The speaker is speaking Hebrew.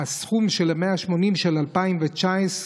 הסכום של ה-180,000 של 2019,